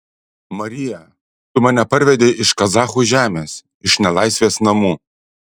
marija tu mane parvedei iš kazachų žemės iš nelaisvės namų